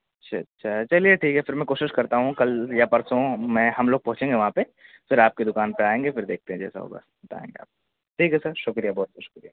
اچھا اچھا چلیے ٹھیک ہے پھر میں کوشش کرتا ہوں کل یا پرسوں میں ہم لوگ پہنچیں گے وہاں پہ پھر آپ کی دکان پہ آئیں گے پھر دیکھتے ہیں جیسا ہوگا بتائیں گے آپ ٹھیک ہے سر شکریہ بہت بہت شکریہ